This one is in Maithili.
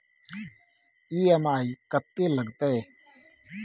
ई.एम.आई कत्ते लगतै?